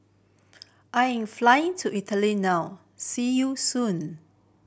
I'm flying to Italy now see you soon